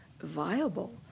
viable